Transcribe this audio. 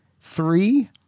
three